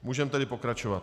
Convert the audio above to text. Můžeme tedy pokračovat.